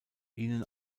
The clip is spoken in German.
ihnen